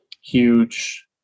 huge